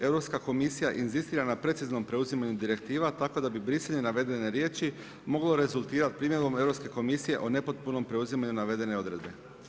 Europska komisija inzistira na preciznom preuzimanju direktiva tako da bi brisanje navedene riječi moglo rezultirati primjedbom Europske komisije o nepotpunom preuzimanju navedene odredbe.